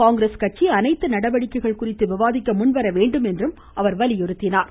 காங்கிரஸ் கட்சி அனைத்து நடவடிக்கைகள் குறித்து விவாதிக்க முன்வர வேண்டும் என்றும் அவர் வலியுறுத்தினார்